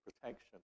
protection